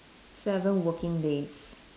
seven working days